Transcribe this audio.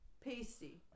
pasty